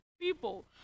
people